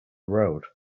road